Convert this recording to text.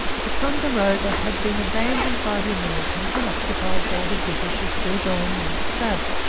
ticonderoga had been abandoned by the americans and occupied by the british as burgoyne marched south.